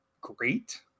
great